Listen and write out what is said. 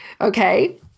Okay